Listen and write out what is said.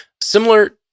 Similar